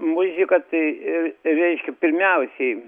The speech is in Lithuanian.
muzika tai ir reiškia pirmiausiai